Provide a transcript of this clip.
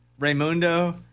Raymundo